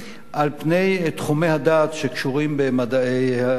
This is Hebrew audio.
על פני תחומי הדעת שקשורים במדעי הרוח.